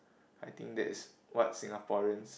I think that is what Singaporeans